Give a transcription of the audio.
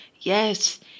Yes